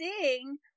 seeing